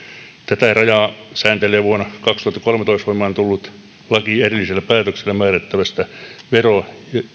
tätä rajaa sääntelee vuonna kaksituhattakolmetoista voimaan tullut laki erillisellä päätöksellä määrättävästä vero